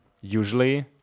usually